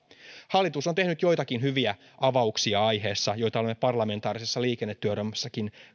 hallitus on tehnyt joitakin hyviä avauksia aiheessa joita olemme parlamentaarisessa liikennetyöryhmässäkin